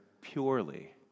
purely